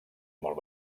molt